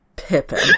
pippin